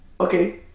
Okay